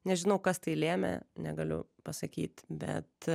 nežinau kas tai lėmė negaliu pasakyt bet